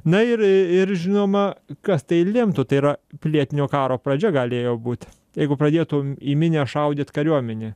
na ir ir žinoma kas tai lemtų tai yra pilietinio karo pradžia galėjo būt jeigu pradėtum į minią šaudyt kariuomenė